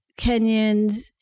Kenyans